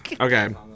Okay